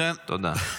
תודה.